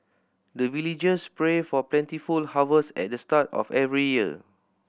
the villagers pray for plentiful harvest at the start of every year